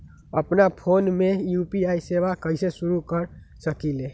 अपना फ़ोन मे यू.पी.आई सेवा कईसे शुरू कर सकीले?